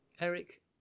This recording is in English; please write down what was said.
Eric